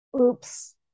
oops